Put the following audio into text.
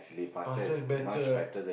pasta is better right